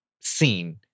seen